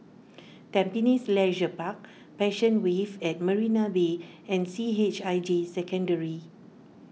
Tampines Leisure Park Passion Wave at Marina Bay and C H I J Secondary